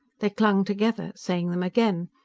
they clung together, saying them again.